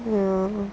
ya